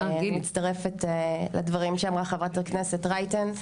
אני מצטרפת לדברים שאמרה חברת הכנסת רייטן,